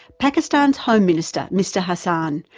pakistan's home minister, mr hassan,